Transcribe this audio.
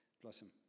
blossom